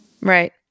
right